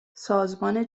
سازمان